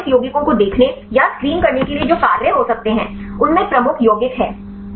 तो संभावित यौगिकों को देखने या स्क्रीन करने के लिए जो कार्य हो सकते हैं उनमें प्रमुख यौगिक हैं